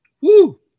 Woo